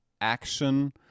action